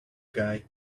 guy